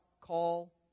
call